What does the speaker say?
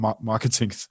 marketing